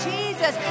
Jesus